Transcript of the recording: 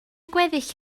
gweddill